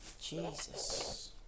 Jesus